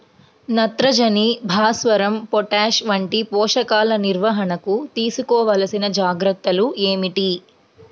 నత్రజని, భాస్వరం, పొటాష్ వంటి పోషకాల నిర్వహణకు తీసుకోవలసిన జాగ్రత్తలు ఏమిటీ?